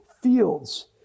fields